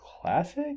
classic